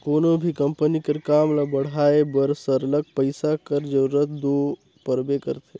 कोनो भी कंपनी कर काम ल बढ़ाए बर सरलग पइसा कर जरूरत दो परबे करथे